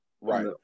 right